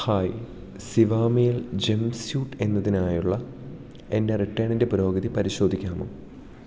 hi Zivame jumpsuit എന്നതിനായുള്ള എൻറ്റെ റിട്ടേണിൻറ്റെ പുരോഗതി പരിശോധിക്കാമോ